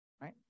right